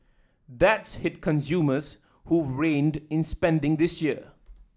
that's hit consumers who've reined in spending this year